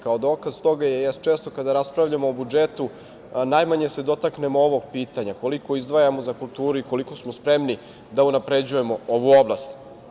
Kao dokaz toga često kada raspravljamo o budžetu najmanje se dotaknemo ovog pitanja koliko izdvajamo za kulturu i koliko smo spremni da unapređujemo ovu oblast.